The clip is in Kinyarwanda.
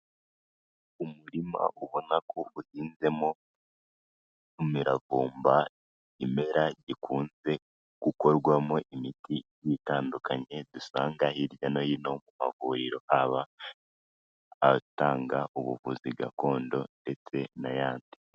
Umurima ubona ko uhinzemo imiravumba imera ikunze gukorwamo imiti giye itandukanye dusanga hirya no hino mu mavuriro haba ahatanga ubuvuzi gakondo ndetse n'ayandi.